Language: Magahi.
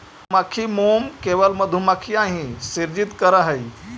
मधुमक्खी मोम केवल मधुमक्खियां ही सृजित करअ हई